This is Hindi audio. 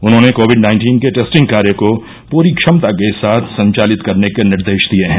उन्होंने कोविड नाइन्टीन के टेस्टिंग कार्य को पूरी क्षमता के साथ संचालित करने के निर्देश दिये हैं